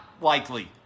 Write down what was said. likely